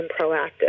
proactive